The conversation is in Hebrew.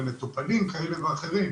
למטופלים כאלה ואחרים,